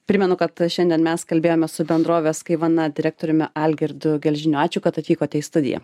primenu kad šiandien mes kalbėjome su bendrovės kaivana direktoriumi algirdu gelžiniu ačiū kad atvykote į studiją